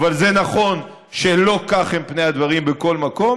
אבל זה נכון שלא כך הם פני הדברים בכל מקום.